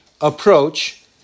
approach